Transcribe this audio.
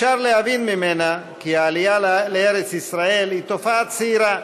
אפשר להבין ממנה כי העלייה לארץ ישראל היא תופעה צעירה